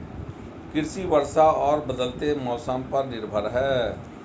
कृषि वर्षा और बदलते मौसम पर निर्भर है